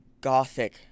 gothic